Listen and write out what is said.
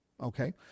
okay